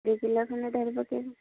ଦୁଇ କିଲୋ ଖଣ୍ଡେ ଧରି ପକେଇବା